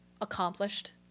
accomplished